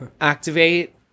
Activate